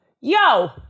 yo